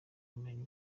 kumenya